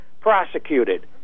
prosecuted